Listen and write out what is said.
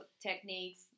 techniques